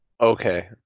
Okay